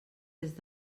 des